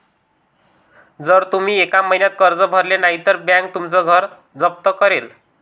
जर तुम्ही एका महिन्यात कर्ज भरले नाही तर बँक तुमचं घर जप्त करेल